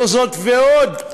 זאת ועוד,